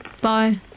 Bye